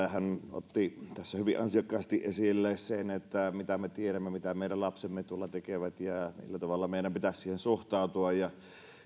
otti tässä hyvin ansiokkaasti esille sen että mistä me tiedämme mitä meidän lapsemme tuolla tekevät ja ja millä tavalla meidän pitäisi siihen suhtautua ja